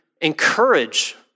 encourage